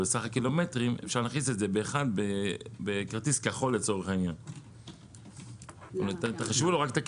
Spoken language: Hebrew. אבל הקילומטרים אפשר להכניס את זה בכרטיס שישלמו רק את הקילומטרים.